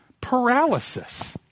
paralysis